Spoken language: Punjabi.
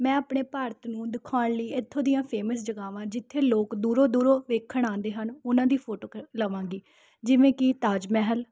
ਮੈਂ ਆਪਣੇ ਭਾਰਤ ਨੂੰ ਦਿਖਾਉਣ ਲਈ ਇੱਥੋਂ ਦੀਆਂ ਫੇਮਸ ਜਗ੍ਹਾਵਾਂ ਜਿੱਥੇ ਲੋਕ ਦੂਰੋਂ ਦੂਰੋਂ ਵੇਖਣ ਲਈ ਆਉਂਦੇ ਹਨ ਉਹਨਾਂ ਦੀ ਫੋਟੋ ਕ ਲਵਾਂਗੀ ਜਿਵੇਂ ਕਿ ਤਾਜ ਮਹਿਲ